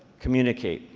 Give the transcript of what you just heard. communicate.